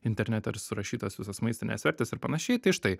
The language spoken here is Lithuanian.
internete ir surašytos visos maistinės vertės ir panašiai tai štai